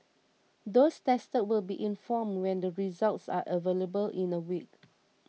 those tested will be informed when the results are available in a week